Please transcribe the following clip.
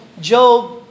Job